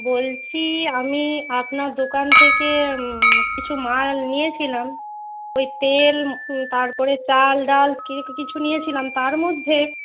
বলছি আমি আপনার দোকান থেকে কিছু মাল নিয়েছিলাম ওই তেল তারপরে চাল ডাল কিছু নিয়েছিলাম তার মধ্যে